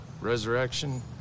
resurrection